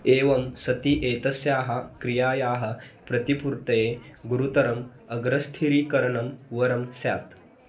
एवं सति एतस्याः क्रियायाः प्रतिपूर्तये गुरुतरम् अग्रस्थिरीकरणं वरं स्यात्